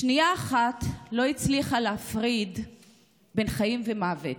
שנייה אחת לא הצליחה להפריד בין חיים למוות.